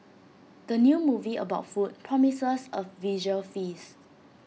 the new movie about food promises A visual feast